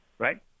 Right